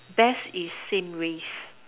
best is same race